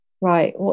right